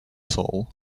sole